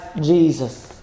Jesus